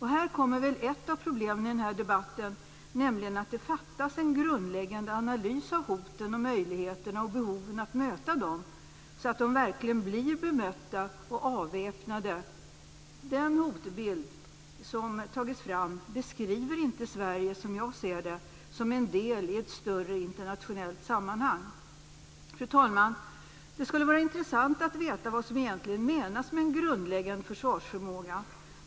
Här kommer väl ett av problemen i den här debatten, nämligen att det saknas en grundläggande analys av hoten och möjligheterna och behoven av att möta dem, så att angripare verkligen blir bemötta och avväpnade. Den hotbild som har tagits fram beskriver, som jag ser det, inte Sverige som en del i ett större internationellt sammanhang. Fru talman! Det skulle vara intresssant att få veta vad som egentligen menas med en grundläggande försvarsförmåga.